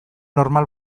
normal